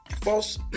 false